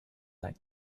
like